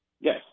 Yes